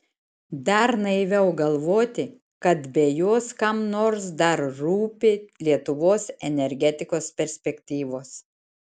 dar naiviau galvoti kad be jos kam nors dar rūpi lietuvos energetikos perspektyvos